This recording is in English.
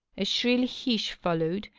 a shrill hiss followed,